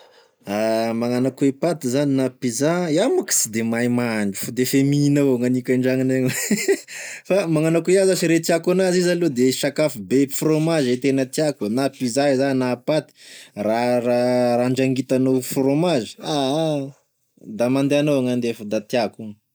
Magnano akô e paty zany na pizza, iao mako tsy de mahay mahandro fa defe mihina avao gn'aniko andragnonay gn'ao fa magnano akoa iao zash re e tiako anazy izy aloa de sakafo be frômazy e tena tiako e, na pizza iza na paty ra- ra- raha andrangitanao frômazy, ah ah da mandiana ao gn'andea fa da tiako io.